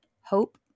hope